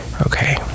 Okay